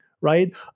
right